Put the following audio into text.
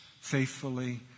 faithfully